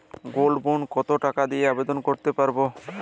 Gold bond কত টাকা দিয়ে আবেদন করতে পারবো?